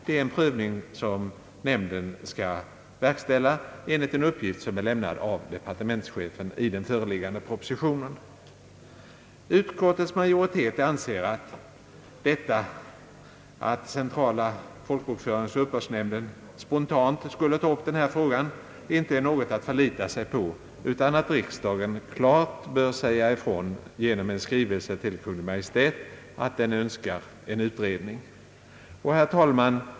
Det är en prövning som nämnden skall verkställa enligt en uppgift av departementschefen i den föreliggande propositionen. Utskottets majoritet anser att man inte kan förlita sig på att centrala folkbokföringsoch = uppbördsnämnden spontant skulle ta upp denna fråga utan att riksdagen klart bör säga ifrån genom en skrivelse till Kungl. Maj:t att den önskar en utredning. Herr talman!